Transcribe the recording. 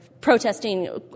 protesting